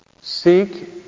Seek